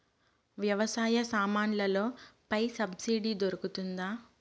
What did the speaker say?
వ్యవసాయ సామాన్లలో పై సబ్సిడి దొరుకుతుందా?